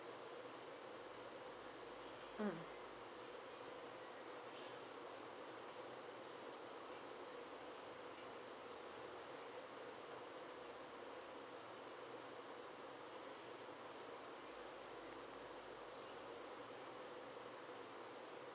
mm